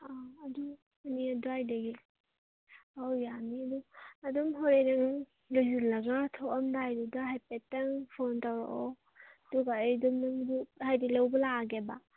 ꯑꯗꯨ ꯑꯅꯤ ꯑꯗꯨꯋꯥꯏꯗꯒꯤ ꯑꯥꯎ ꯌꯥꯅꯤꯌꯦ ꯑꯗꯣ ꯑꯗꯨꯝ ꯍꯧꯔꯦꯟ ꯂꯣꯏꯁꯜꯂꯒ ꯊꯣꯛꯑꯝꯗꯥꯏꯗꯨꯗ ꯍꯥꯏꯐꯦꯠꯇꯪ ꯐꯣꯟ ꯇꯧꯔꯛꯑꯣ ꯑꯗꯨꯒ ꯑꯩ ꯑꯗꯨꯝ ꯅꯪ ꯑꯗꯨꯝ ꯍꯥꯏꯗꯤ ꯂꯧꯕ ꯂꯥꯛꯑꯒꯦꯕ